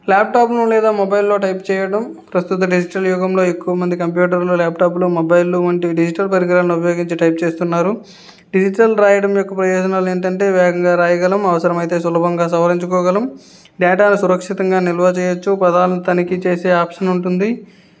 ల్యాప్టాప్ను లేదా మొబైల్లో టైప్ చేయడం ప్రస్తుత డిజిటల్ యుగంలో ఎక్కువ మంది కంప్యూటర్లు ల్యాప్టాప్లు మొబైల్లు వంటి డిజిటల్ పరికరాలను ఉపయోగించి టైప్ చేస్తున్నారు డిజిటల్ వ్రాయడం యొక్క ప్రయోజనాలు ఏంటంటే వేగంగా వ్రాయగలం అవసరమయితే సులభంగా సవరించుకోగలం డేటాను సురక్షితంగా నిల్వ చేయవచ్చు పదాాలను తనిఖీ చేసే ఆప్షన్ ఉంటుంది